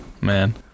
man